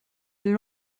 est